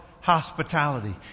hospitality